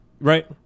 Right